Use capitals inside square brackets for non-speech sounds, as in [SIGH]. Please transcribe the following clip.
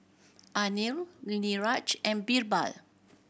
Anil [UNINTELLIGIBLE] Niraj and Birbal